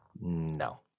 No